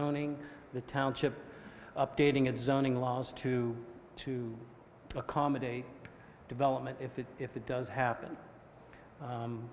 zoning the township updating its zoning laws to to accommodate development if it if it does happen